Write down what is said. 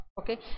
Okay